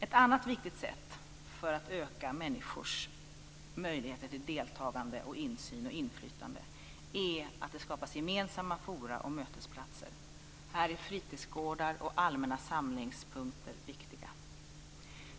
Ett annat viktigt sätt för att öka människors möjligheter till deltagande, insyn och inflytande är att det skapas gemensamma forum och mötesplatser. Här är fritidsgårdar och allmänna samlingspunkter viktiga.